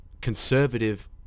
conservative